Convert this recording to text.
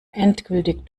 endgültig